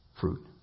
fruit